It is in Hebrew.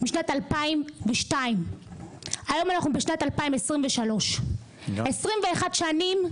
משנת 2022, היום אנחנו בשנת 2023, 21 שנים,